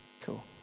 Cool